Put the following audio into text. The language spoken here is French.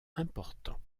important